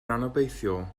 anobeithiol